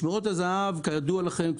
כידוע לכם,